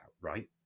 right